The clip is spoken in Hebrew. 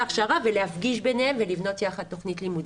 ההכשרה ולהפגיש ביניהם ולבנות יחד תכנית לימודים.